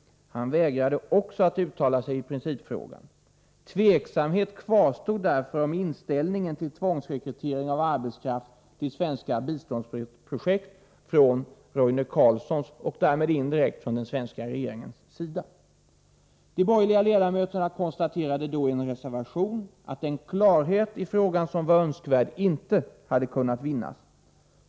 Han vägrade också att uttala sig i principfrågan. Tveksamhet kvarstod därför om inställningen till tvångsrekrytering av arbetskraft till svenska biståndsprojekt från Roine Carlssons och därmed indirekt från den svenska regeringens sida. De borgerliga ledamöterna konstaterade då i en reservation att den klarhet i frågan som var önskvärd inte hade kunnat vinnas.